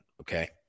okay